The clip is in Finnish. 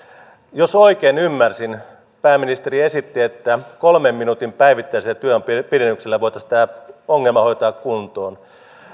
jos oikein ymmärsin pääministeri esitti että kolmen minuutin päivittäisellä työajan pidennyksellä voitaisiin tämä ongelma hoitaa kuntoon